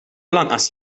lanqas